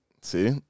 see